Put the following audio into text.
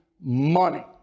money